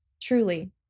Truly